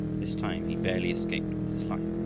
this time he barely escaped with his life,